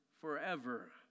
forever